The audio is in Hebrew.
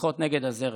לשחות נגד הזרם,